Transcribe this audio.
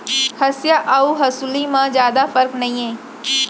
हँसिया अउ हँसुली म जादा फरक नइये